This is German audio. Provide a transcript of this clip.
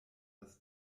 das